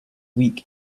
week